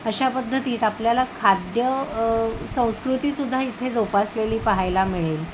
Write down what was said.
अशा पद्धतीत आपल्याला खाद्य संस्कृती सुद्धा इथे जोपासलेली पाहायला मिळेल